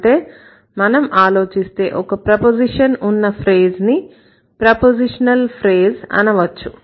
అంటే మనం ఆలోచిస్తే ఒక ప్రపోజిషన్ ఉన్న ఫ్రేజ్ ని ప్రపోజిషనల్ ఫ్రేజ్ అనవచ్చు